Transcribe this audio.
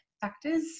factors